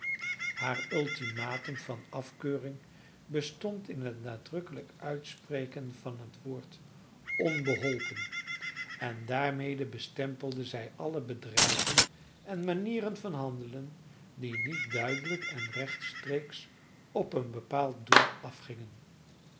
haar ultimatum van afkeuring bestond in het nadrukkelijk uitspreken van het woord onbeholpen en daarmede bestempelde zij alle bedrijven en manieren van handelen die niet duidelijk en rechtstreeks op een bepaald doel afgingen